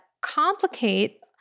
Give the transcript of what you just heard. complicate